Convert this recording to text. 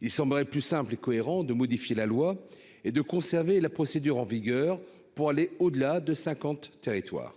il semblerait plus simple et cohérent de modifier la loi et de conserver la procédure en vigueur pour aller au-delà de 50 territoire